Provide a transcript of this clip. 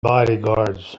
bodyguards